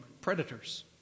predators